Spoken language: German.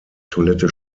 toilette